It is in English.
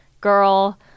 girl